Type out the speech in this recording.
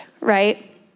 right